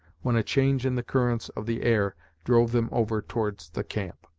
when a change in the currents of the air drove them over towards the camp.